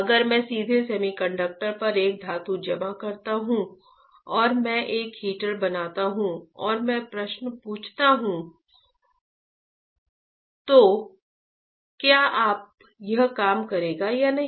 अगर मैं सीधे सेमीकंडक्टर पर एक धातु जमा करता हूं और मैं एक हीटर बनाता हूं और मैं प्रश्न पूछता हूं तो क्या यह काम करेगा या नहीं